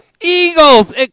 Eagles